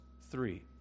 three